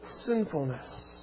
sinfulness